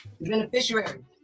Beneficiary